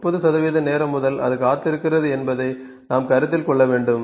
30 நேரம் முதல் அது காத்திருக்கிறது என்பதை நாம் கருத்தில் கொள்ள வேண்டும்